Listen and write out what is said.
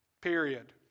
period